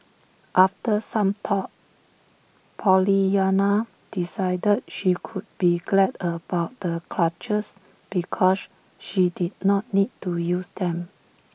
after some thought Pollyanna decided she could be glad about the crutches because she did not need to use them